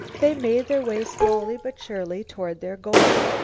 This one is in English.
they made their way slowly but surely toward their goal.